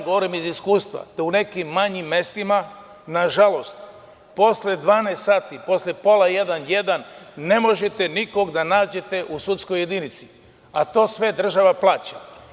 Govorim vam iz iskustva da u nekim manjim mestima, nažalost, posle 12,00 časova, posle pola jedan, jedan, ne možete nikoga da nađete u sudskoj jedinici, a to sve država plaća.